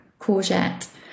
courgette